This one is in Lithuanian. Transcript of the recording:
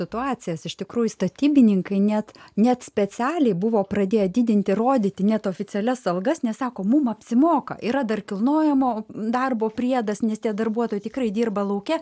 situacijas iš tikrųjų statybininkai net net specialiai buvo pradėję didinti rodyti net oficialias algas nesako mums apsimoka yra dar kilnojamo darbo priedas nes tie darbuotojai tikrai dirba lauke